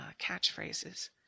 catchphrases